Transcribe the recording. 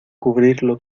cubrirlo